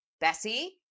Bessie